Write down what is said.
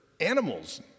animals